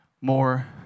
more